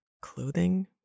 Clothing